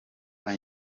rwa